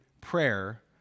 prayer